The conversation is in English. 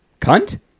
Cunt